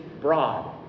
broad